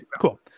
cool